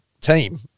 team